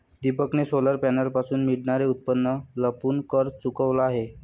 दीपकने सोलर पॅनलपासून मिळणारे उत्पन्न लपवून कर चुकवला आहे